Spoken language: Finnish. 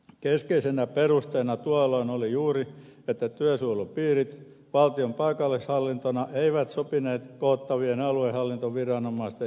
keskeisenä perusteena tuolloin oli juuri että työsuojelupiirit valtion paikallishallintona eivät sopineet koottavien aluehallintoviranomaisten joukkoon